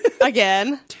again